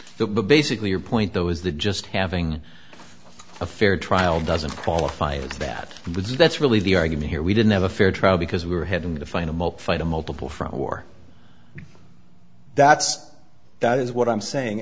the basically your point though is that just having a fair trial doesn't qualify as bad with you that's really the argument here we didn't have a fair trial because we were heading to fine him up fight a multiple front war that's that is what i'm saying